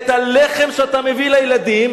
את הלחם שאתה מביא לילדים,